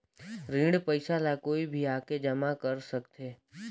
ऋण पईसा ला कोई भी आके जमा कर सकथे?